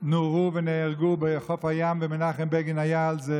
נורו ונהרגו בחוף הים, ומנחם בגין היה עליה.